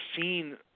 seen